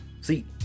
See